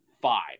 five